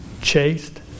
chaste